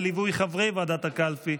בליווי חברי ועדת הקלפי,